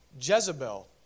Jezebel